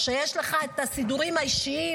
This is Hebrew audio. שיש לך את הסידורים האישיים,